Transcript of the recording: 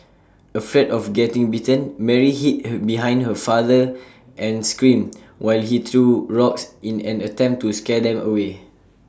afraid of getting bitten Mary hid have behind her father and screamed while he threw rocks in an attempt to scare them away